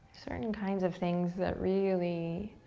certain and kinds of things that really